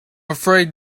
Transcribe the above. afraid